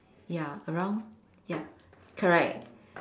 ya around ya correct